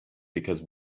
because